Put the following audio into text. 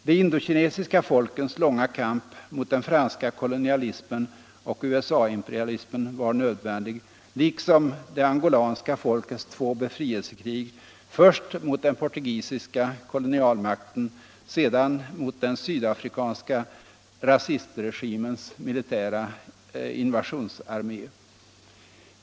De indokinesiska folkens långa kamp mot den franska kolonialismen och USA imperialismen var nödvändig, liksom det angolanska folkets två befrielsekrig, först mot den portugisiska kolonialmakten, sedan mot den sydafrikanska apartheidregimens militära invasionsarmé.